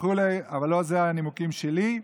אבל לא אלה הנימוקים שלי.